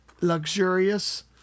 luxurious